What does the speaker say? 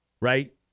right